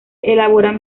elaboran